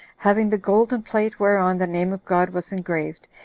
having the golden plate whereon the name of god was engraved,